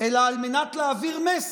אלא על מנת להעביר מסר: